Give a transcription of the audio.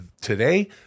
today